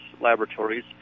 laboratories